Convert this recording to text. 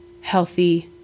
healthy